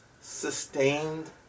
sustained